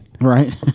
right